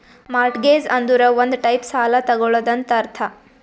mortgage ಅಂದುರ್ ಒಂದ್ type ಸಾಲ ತಗೊಳದಂತ್ ಅರ್ಥ